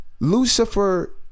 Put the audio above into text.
Lucifer